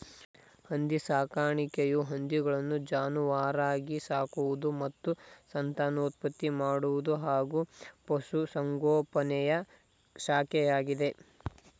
ಹಂದಿ ಸಾಕಾಣಿಕೆಯು ಹಂದಿಗಳನ್ನು ಜಾನುವಾರಾಗಿ ಸಾಕುವುದು ಮತ್ತು ಸಂತಾನೋತ್ಪತ್ತಿ ಮಾಡುವುದು ಹಾಗೂ ಪಶುಸಂಗೋಪನೆಯ ಶಾಖೆಯಾಗಿದೆ